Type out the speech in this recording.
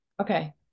Okay